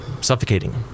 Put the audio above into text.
suffocating